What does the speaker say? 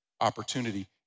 opportunity